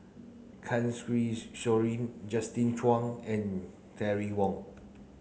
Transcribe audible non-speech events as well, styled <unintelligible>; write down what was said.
<unintelligible> Soin Justin Zhuang and Terry Wong